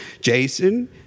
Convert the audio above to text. Jason